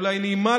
אולי נעימה,